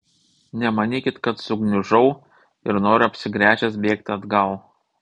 nemanykit kad sugniužau ir noriu apsigręžęs bėgti atgal